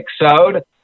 episode